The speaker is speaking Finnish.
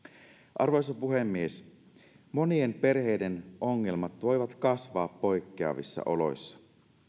arvoisa puhemies monien perheiden ongelmat voivat kasvaa poikkeavissa oloissa